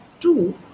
two